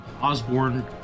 Osborne